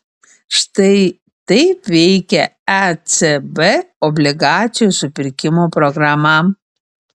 štai taip veikia ecb obligacijų supirkimo programa